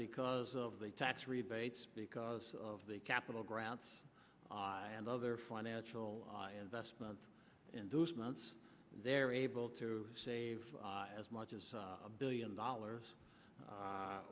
because of the tax rebates because of the capitol grounds and other financial investment in those months they're able to save as much as a billion dollars